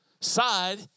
side